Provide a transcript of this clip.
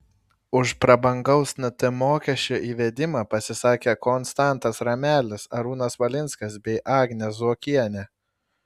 už prabangaus nt mokesčio įvedimą pasisakė konstantas ramelis arūnas valinskas bei agnė zuokienė